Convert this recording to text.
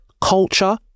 culture